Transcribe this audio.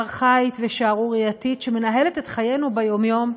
ארכאית ושערורייתית שמנהלת את חיינו ביום-יום,